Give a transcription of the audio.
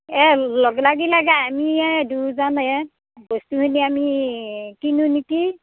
এ লগ লাগিলেগে আমি দুইজনহে বস্তুখিনি আমি কিনো নেকি